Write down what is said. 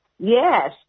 Yes